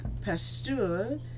Pasteur